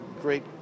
great